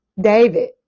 David